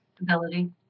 ability